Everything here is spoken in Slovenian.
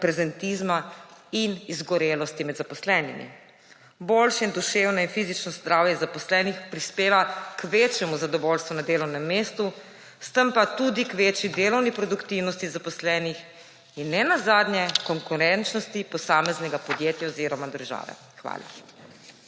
prezentizma in izgorelosti med zaposlenimi. Boljše duševno in fizično zdravje zaposlenih prispeva k večjemu zadovoljstvu na delovnem mestu, s tem pa tudi k večji delovni produktivnosti zaposlenih in nenazadnje konkurenčnosti posameznega podjetja oziroma države. Hvala.